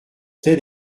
tel